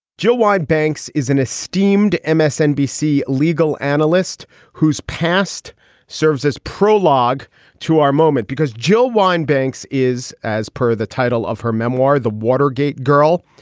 jill, why banks is an esteemed ah msnbc legal analyst whose past serves as prologue to our moment because jill wayne banks is as per the title of her memoir, the watergate girl.